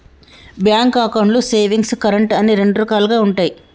bank అకౌంట్లు savings, current అని రెండు రకాలుగా ఉంటయి